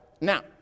Now